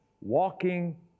walking